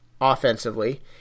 offensively